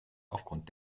aufgrund